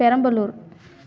Perambalur